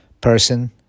person